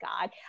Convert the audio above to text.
God